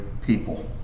people